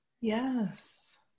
Yes